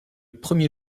premier